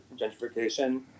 gentrification